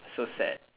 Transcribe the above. so sad